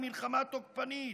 היא מלחמה תוקפנית,